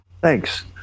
Thanks